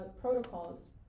protocols